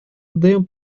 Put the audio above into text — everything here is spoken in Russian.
отдаем